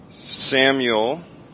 Samuel